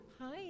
Hi